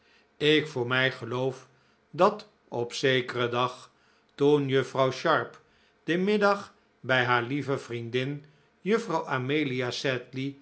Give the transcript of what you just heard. ik voor mij geloof dat op zekeren dag toen juffrouw sharp den middag bij haar lieve vriendin juffrouw amelia